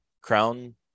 Crown